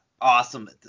awesome